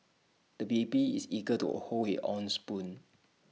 the baby is eager to hold his own spoon